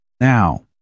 now